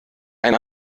ein